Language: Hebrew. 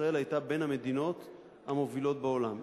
ישראל היתה בין המדינות המובילות בעולם.